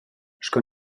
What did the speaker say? sco